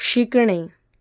शिकणे